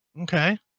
Okay